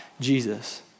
Jesus